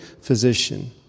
physician